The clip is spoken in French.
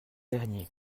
dernier